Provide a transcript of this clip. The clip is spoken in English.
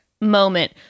moment